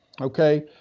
Okay